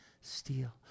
steal